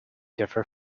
differ